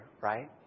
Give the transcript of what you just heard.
right